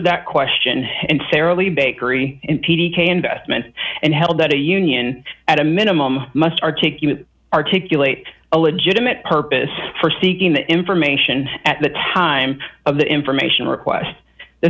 that question and sara lee bakery in p t k investment and held that a union at a minimum must articulate articulate a legitimate purpose for seeking the information at the time of the information request th